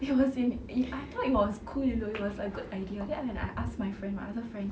it was in I thought it was cool you know it was a good idea then when I asked my friend my other friend